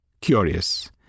curious